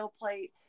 plate